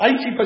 80%